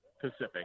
Pacific